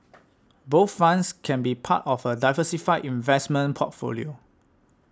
bond funds can be part of a diversified investment portfolio